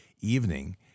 evening